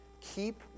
Keep